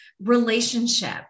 relationship